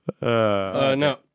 No